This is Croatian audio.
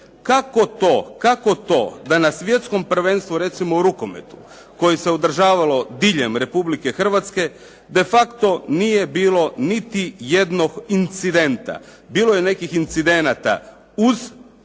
kako to da na svjetskom prvenstvu recimo u rukometu koji se održavalo diljem Republike Hrvatske defacto nije bilo niti jednog incidenta. Bilo je nekih incidenata uz stadione